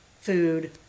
food